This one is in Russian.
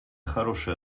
хорошая